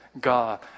God